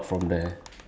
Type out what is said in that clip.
ya